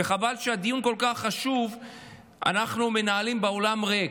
וחבל שדיון כל כך חשוב אנחנו מנהלים באולם ריק,